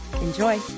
Enjoy